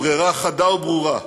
הברירה חדה וברורה: